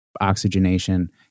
oxygenation